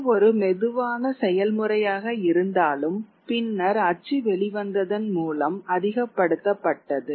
இது ஒரு மெதுவான செயல்முறையாக இருந்தாலும் பின்னர் அச்சு வெளிவந்ததன் மூலம் அதிகப்படுத்தப்பட்டது